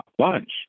lunch